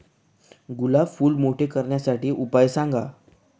गुलाब फूल मोठे करण्यासाठी उपाय सांगा?